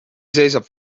seisab